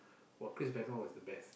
!wah! Chris-Benoit was the best